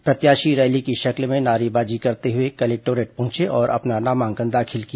प्रत्याशी रैली की शक्ल में नारेबाजी करते हुए कलेक्टोरेट पहुंचे और अपना नामांकन दाखिल किया